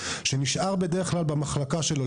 שנשאר בדרך כלל במחלקה שלו.